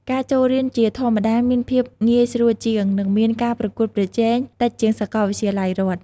ការចូលរៀនជាធម្មតាមានភាពងាយស្រួលជាង និងមានការប្រកួតប្រជែងតិចជាងសាកលវិទ្យាល័យរដ្ឋ។